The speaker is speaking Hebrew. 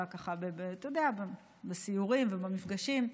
בסיורים ובמפגשים,